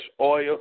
oil